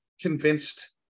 convinced